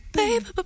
baby